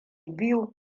biyu